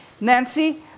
Nancy